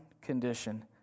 condition